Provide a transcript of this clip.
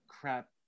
Crap